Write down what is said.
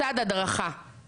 שיש